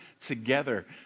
together